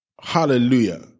Hallelujah